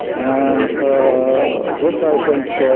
and this, i think,